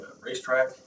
racetrack